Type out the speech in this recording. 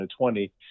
2020